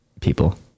people